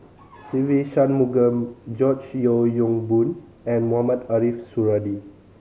Se Ve Shanmugam George Yeo Yong Boon and Mohamed Ariff Suradi